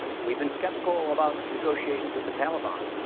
we've been skeptical about negotiations with the taliban,